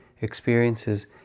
experiences